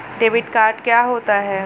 Debit card क्या होता है?